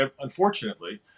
Unfortunately